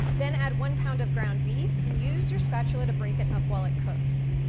then add one pound of ground beef and use your spatula to break it up while it cooks.